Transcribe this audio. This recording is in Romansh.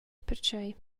pertgei